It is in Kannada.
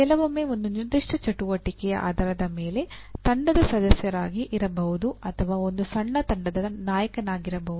ಕೆಲವೊಮ್ಮೆ ಒಂದು ನಿರ್ದಿಷ್ಟ ಚಟುವಟಿಕೆಯ ಆಧಾರದ ಮೇಲೆ ತಂಡದ ಸದಸ್ಯರಾಗಿ ಇರಬಹುದು ಅಥವಾ ಒಂದು ಸಣ್ಣ ತಂಡದ ನಾಯಕರಾಗಿರಬಹುದು